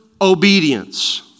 obedience